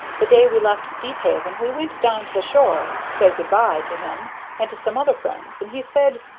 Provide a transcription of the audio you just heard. the day we left deephaven we went down to the shore to say good by to him and to some other friends, and he said,